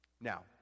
now